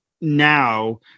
now